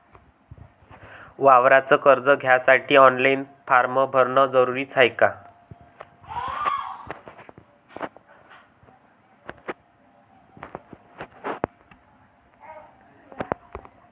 वावराच कर्ज घ्यासाठी ऑनलाईन फारम भरन जरुरीच हाय का?